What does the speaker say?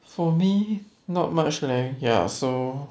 for me not much leh ya so